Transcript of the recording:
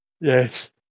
Yes